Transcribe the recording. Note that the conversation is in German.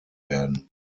werden